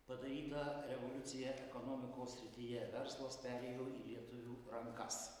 padaryta revoliucija ekonomikos srityje verslas perėjo į lietuvių rankas